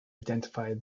identify